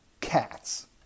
cats